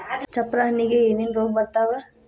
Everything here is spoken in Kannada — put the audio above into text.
ಚಪ್ರ ಹಣ್ಣಿಗೆ ಏನೇನ್ ರೋಗ ಬರ್ತಾವ?